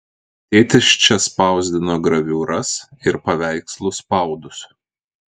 tėtis čia spausdino graviūras ir paveikslų spaudus